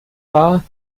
war